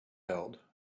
held